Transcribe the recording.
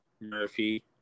Murphy